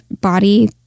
body